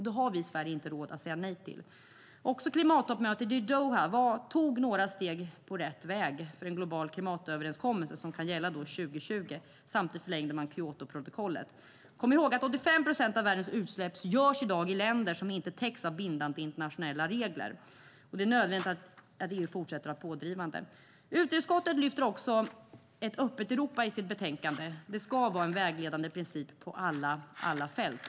Det har vi i Sverige inte råd att säga nej till. Klimattoppmötet i Doha tog också några steg på rätt väg mot en global klimatöverenskommelse som kan gälla 2020, och samtidigt förlängde man Kyotoprotokollet. Vi ska komma ihåg att 85 procent av världens utsläpp i dag görs i länder som inte täcks av bindande internationella regler. Det är nödvändigt att EU fortsätter att driva på där. Utrikesutskottet lyfter också upp ett öppet Europa i sitt betänkande. Det ska vara en vägledande princip på alla fält.